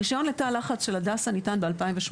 הרישיון לתא לחץ של הדסה ניתן ב-2018,